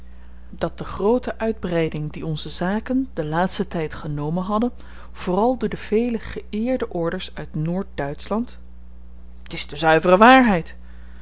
dat de groote uitbreiding die onze zaken den laatsten tyd genomen hadden vooral door de vele geëerde orders uit noord-duitschland t is de zuivere waarheid